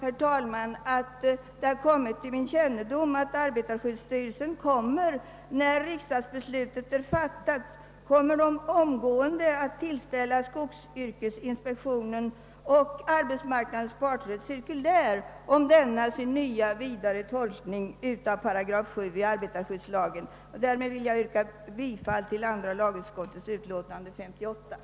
Det har också kommit till min kännedom, herr talman, att arbetarskyddsstyrelsen när riksdagsbeslutet är fattat omgående kommer att tillställa skogsyrkesinspektionen och «arbetsmarknadens parter ett cirkulär om denna sin nya, vidare tolkning av 7 § arbetarskyddslagen. Med dessa ord ber jag att få yrka bi